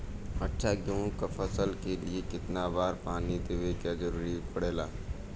अच्छा गेहूँ क फसल के लिए कितना बार पानी देवे क जरूरत पड़ेला?